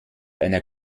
einer